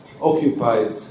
occupied